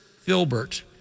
filbert